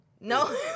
No